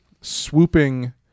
swooping